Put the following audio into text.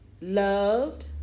Loved